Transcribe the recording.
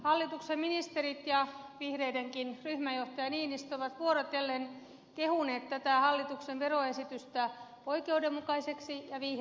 hallituksen ministerit ja vihreiden ryhmänjohtaja niinistökin ovat vuorotellen kehuneet tätä hallituksen veroesitystä oikeudenmukaiseksi ja vihreäksi